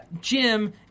Jim